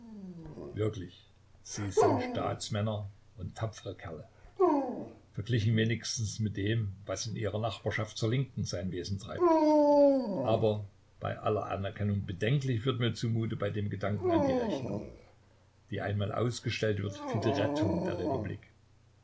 wirklich sie sind staatsmänner und tapfere kerle verglichen wenigstens mit dem was in ihrer nachbarschaft zur linken sein wesen treibt aber bei aller anerkennung bedenklich wird mir zu mute bei dem gedanken an die rechnung die einmal ausgestellt wird für die rettung der republik